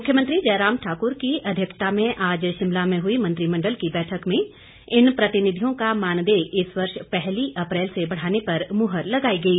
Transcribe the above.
मुख्यमंत्री जयराम ठाकुर की अध्यक्षता में आज शिमला में हुई मंत्रिमंडल की बैठक में इन प्रतिनिधियों का मानदेय इस वर्ष पहली अप्रैल से बढ़ाने पर मुहर लगाई गई